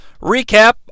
recap